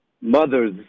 mothers